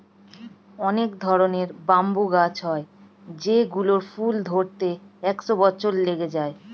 অনেক ধরনের ব্যাম্বু গাছ হয় যেই গুলোর ফুল ধরতে একশো বছর লেগে যায়